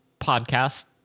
podcast